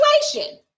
situation